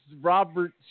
Robert